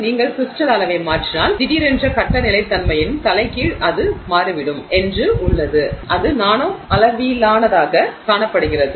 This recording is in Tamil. நீங்கள் கிரிஸ்டல் அளவை மாற்றினால் திடீரென்று கட்ட நிலைத்தன்மையின் தலைகீழ் அது மாறிவிடும் என்று உள்ளது அது நானோ அளவிலானதாகக் காணப்படுகிறது